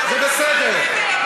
זה בסדר.